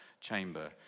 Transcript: chamber